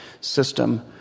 system